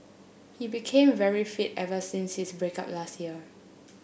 he became very fit ever since his break up last year